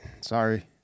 Sorry